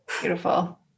Beautiful